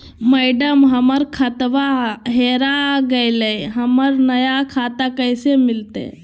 madam, हमर खाता हेरा गेलई, हमरा नया खाता कैसे मिलते